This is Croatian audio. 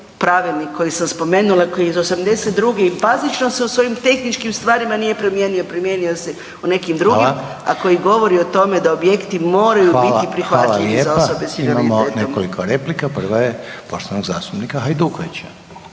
hvala lijepa, imamo nekoliko replika. Prva je poštovanog zastupnika Hajdukovića.